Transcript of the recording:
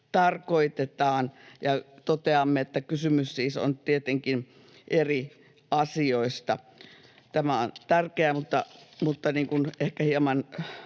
tarkoitetaan, ja toteamme, että kysymys siis on tietenkin eri asioista. Tämä on tärkeää, ehkä hieman